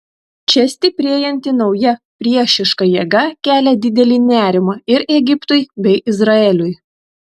čia stiprėjanti nauja priešiška jėga kelia didelį nerimą ir egiptui bei izraeliui